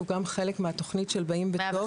הוא גם חלק מהתוכנית של באים בטוב.